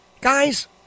Guys